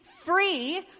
free